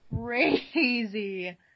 Crazy